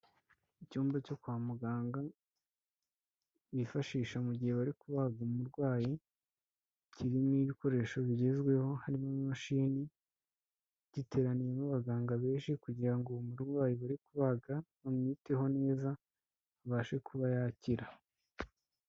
Icyumba cyo kwa muganga, bifashisha mu gihe bari kubaga umurwayi, kirimo ibikoresho bigezweho, harimo imashini, giteraniyemo abaganga benshi kugira ngo uwo murwayi bari kubaga, bamwiteho neza abashe kuba yakira.